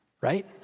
Right